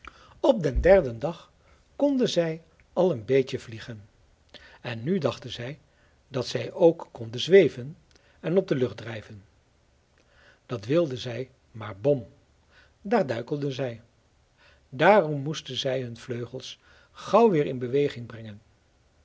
op den derden dag konden zij al een beetje vliegen en nu dachten zij dat zij ook konden zweven en op de lucht drijven dat wilden zij maar bom daar duikelden zij daarom moesten zij hun vleugels gauw weer in beweging brengen